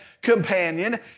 companion